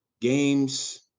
Games